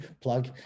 plug